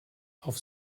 auf